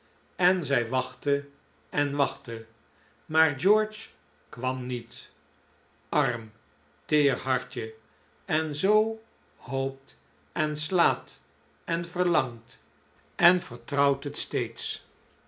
en zij wachtte en wachtte maar george kwam niet arm teer hartje en zoo hoopt en slaat en verlangt en vertrouwt het steeds